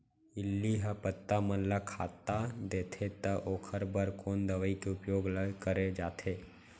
इल्ली ह पत्ता मन ला खाता देथे त ओखर बर कोन दवई के उपयोग ल करे जाथे?